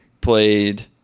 played